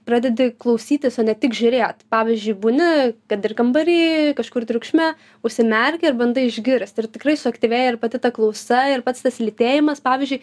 pradedi klausytis o ne tik žiūrėt pavyzdžiui būni kad ir kambary kažkur triukšme užsimerki ir bandai išgirsti ir tikrai suaktyvėja ir pati ta klausa ir pats tas lytėjimas pavyzdžiui